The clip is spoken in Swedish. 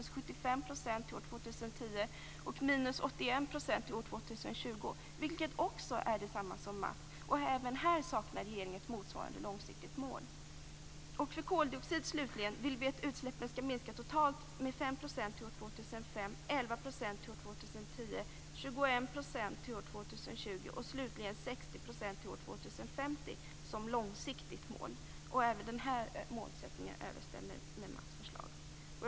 75 % till år 2010 och 81 % till år 2020, vilket också är detsamma som förslaget från MaTs. Även här saknar regeringen ett motsvarande långsiktigt mål. För koldioxid, slutligen, vill vi att utsläppen skall minska totalt med 5 % till år 2005, 11 % till år 2010, 21 % till år 2020 och slutligen, som långsiktigt mål, 60 % till år 2050. Även här överensstämmer våra mål med MaTs förslag.